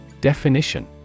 Definition